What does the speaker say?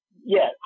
yes